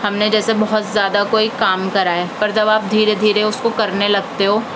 ہم نے جیسے بہت زیادہ کوئی کام کرا ہے پر جب آپ دھیرے دھیرے اس کو کرنے لگتے ہو